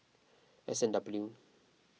S and W